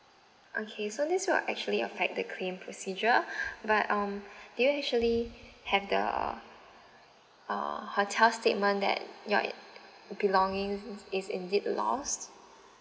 okay so this will actually affect the claim procedure but um do you actually have the uh hotel statement that your belonging is indeed lost